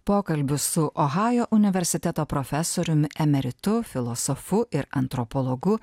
pokalbis su ohajo universiteto profesoriumi emeritu filosofu ir antropologu